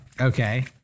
okay